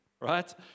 right